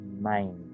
mind